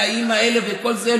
מהאיים האלה וכל זה,